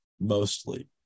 mostly